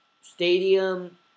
stadium